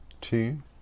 two